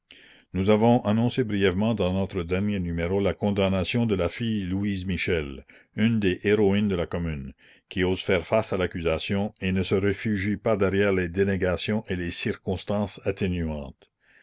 nous avons annoncé brièvement dans notre dernier numéro la condamnation de la fille louise michel une des héroïnes de la commune qui ose faire face à l'accusation et ne se réfugie pas derrière les dénégations et les circonstances atténuantes